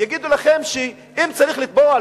יגידו לכם שאם צריך לתבוע,